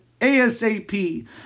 ASAP